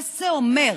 מה זה אומר